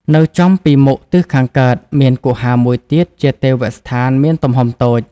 នៅចំពីមុខទិសខាងកើត មានគុហាមួយទៀតជាទេវស្ថាន មានទំហំតូច